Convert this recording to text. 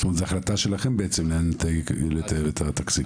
זאת אומרת זאת החלטה שלכם לאן לתעל את התקציב.